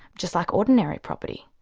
just like ordinary property.